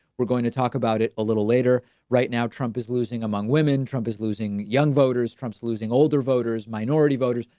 we're going to talk about it a little later. right now, trump is losing among women. trump is losing young voters. trump's losing older voters, minority voters.